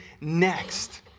next